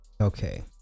Okay